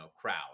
crowd